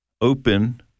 open